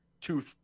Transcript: two